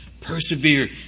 Persevere